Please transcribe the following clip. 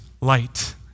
light